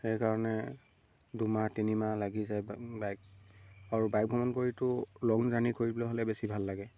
সেইকাৰণে দুমাহ তিনিমাহ লাগি যায় বাইক আৰু বাইক ভ্ৰমণ কৰিতো লং জাৰ্ণি কৰিবল হ'লে বেছি ভাল লাগে